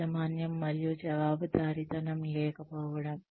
యాజమాన్యం మరియు జవాబుదారీతనం లేకపోవడం